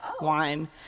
wine